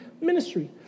ministry